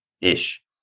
Ish